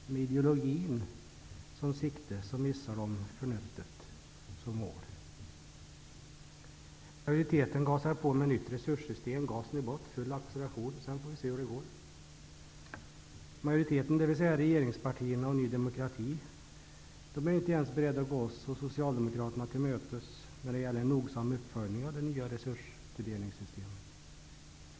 Med ideologin som syfte missar majoriteten förnuftet som mål. Majoriteten gasar på med ett nytt resurssystem. Gasen i botten, full acceleration och sedan får vi se hur det går. Majoriteten, dvs. regeringspartierna och Ny demokrati, är inte ens beredda att gå oss i Vänsterpartiet och socialdemokraterna till mötes då det gäller en nogsam uppföljning av det nya resurstilldelningssystemet.